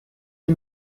les